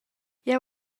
jeu